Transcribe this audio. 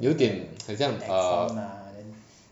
有点很像 err